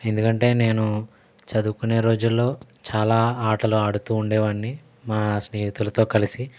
ఎందుకంటే నేను చదువుకునే రోజుల్లో చాలా ఆటలు ఆడుతూ ఉండేవాన్ని మా స్నేహితులతో కలిసి